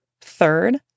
Third